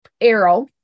arrow